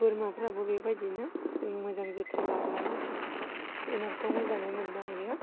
बोरमाफ्राबो बेबायदिनो जों मोजां जोथोन लाब्लानो जुनारखौ मोजाङै मोननो हायो